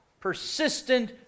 persistent